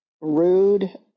rude